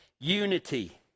unity